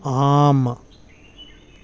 आम्